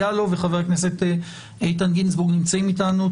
יאלוב וחבר הכנסת איתן גינזבורג נמצאים איתנו.